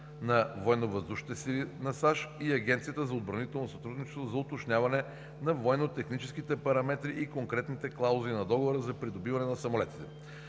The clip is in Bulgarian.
на САЩ и Агенцията за отбранително сътрудничество за уточняване на военнотехническите параметри и конкретните клаузи на договора за придобиване на самолетите.